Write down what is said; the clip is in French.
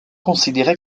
considéré